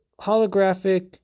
holographic